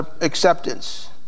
acceptance